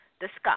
discuss